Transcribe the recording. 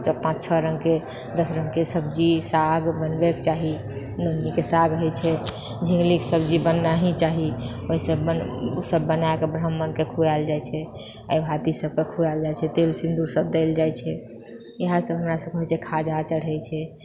तऽ पाँच छओ रङ्गके दश रङ्गके सब्जी साग बनबै चाही नौनीके साग होइछै झिङ्गनीके सब्जी बनना हि चाही ओ सब बनाके ब्राह्मणके खुआएल जाइछै अघाती सबकेँ खुआल जाइछै तेल सिन्दूर सब देल जाइछै इएह सब हमरासबके होइछै खाजा चढ़ै छै